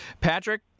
Patrick